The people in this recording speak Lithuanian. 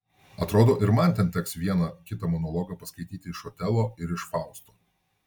atrodo ir man ten teks vieną kitą monologą paskaityti iš otelo ir iš fausto